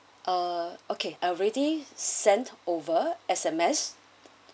uh okay I've already sent over S_M_S